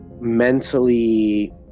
mentally